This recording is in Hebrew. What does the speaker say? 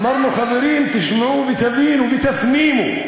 אמרנו: חברים, תשמעו, תבינו ותפנימו,